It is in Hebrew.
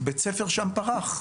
בית ספר שם פרח.